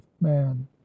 man